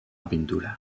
pintura